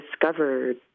discovered